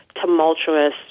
tumultuous